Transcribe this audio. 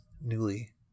newly